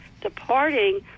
departing